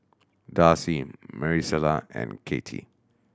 Darci Maricela and Katie